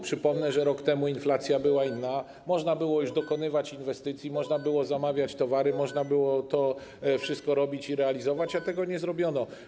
Przypomnę, że rok temu inflacja była inna, można było już dokonywać inwestycji, można było zamawiać towary, można było to wszystko robić i realizować, a tego nie zrobiono.